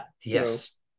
Yes